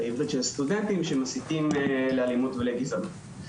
העברית של הסטודנטים שמסיתים לאלימות ולגזענות.